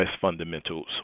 fundamentals